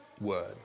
word